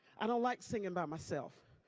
i don't like singing by myself.